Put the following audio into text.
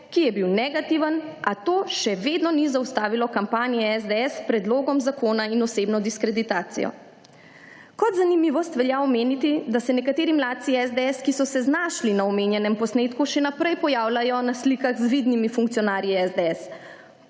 (IP) – 14.40** (nadaljevanje) zaustavilo kampanje SDS s predlogom zakona in osebno diskreditacijo. Kot zanimivost velja omeniti, da se nekateri mladci SDS, ki so se znašli na omenjenem posnetku, še naprej pojavljajo na slikah z vidnimi funkcionarji SDS.